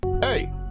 Hey